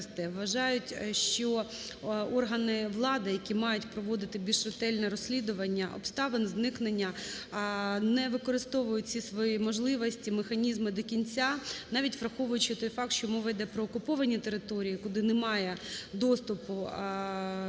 вважають, що органи влади, які мають проводити більш ретельне розслідування обставин зникнення, не використовують ці свої можливості, механізми до кінця. Навіть враховуючи той факт, що мова йде про окуповані території, куди немає доступу